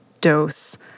dose